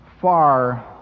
far